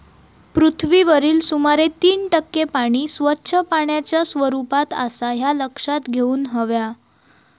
पृथ्वीवरील सुमारे तीन टक्के पाणी स्वच्छ पाण्याच्या स्वरूपात आसा ह्या लक्षात घेऊन हव्या